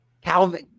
calvin